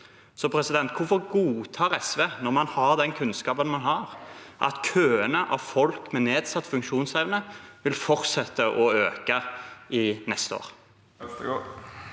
unna behovet. Hvorfor godtar SV, når man har den kunnskapen man har, at køene av folk med nedsatt funksjonsevne vil fortsette å øke neste år?